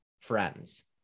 friends